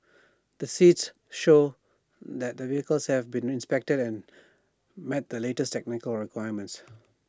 the seats show that the vehicles have been inspected and met the latest technical requirements